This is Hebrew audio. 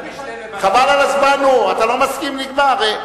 חבל על הזמן, אתה לא מסכים, נגמר.